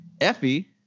Effie